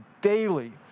daily